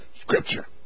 scripture